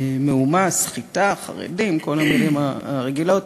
מהומה סחיטה, חרדים, כל המילים הרגילות,